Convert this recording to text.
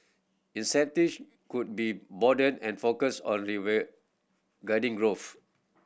could be broadened and focused on growth